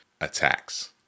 Attacks